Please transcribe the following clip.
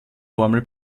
formel